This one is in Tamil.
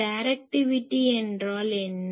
டைரெக்டிவிட்டி என்றால் என்ன